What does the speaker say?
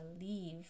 leave